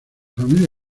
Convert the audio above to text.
familia